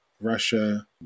Russia